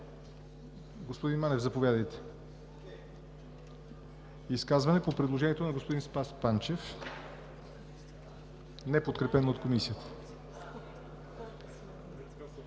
Господин Манев, заповядайте за изказване по предложението на господин Спас Панчев, неподкрепено от Комисията.